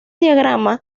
diagrama